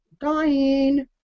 dying